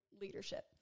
leadership